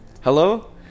hello